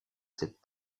cette